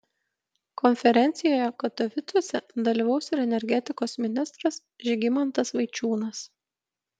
konferencijoje katovicuose dalyvaus ir energetikos ministras žygimantas vaičiūnas